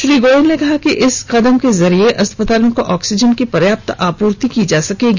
श्री गोयल ने कहा कि इस कदम के जरिए अस्पतालों को ऑक्सीजन की पर्याप्त आपूर्ति की जा सकेगी